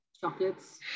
chocolates